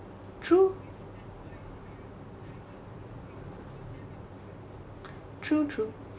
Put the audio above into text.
true true true